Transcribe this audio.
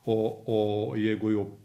o o jeigu jau